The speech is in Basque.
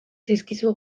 zaizkizu